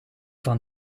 van